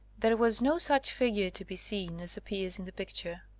there was no such figure to be seen as appears in the picture.